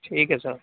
ٹھیک ہے صاحب